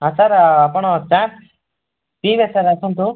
ହଁ ସାର୍ ଆପଣ ଚା ପିଇବେ ସାର୍ ଆସନ୍ତୁ